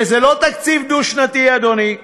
וזה לא תקציב דו-שנתי, אדוני,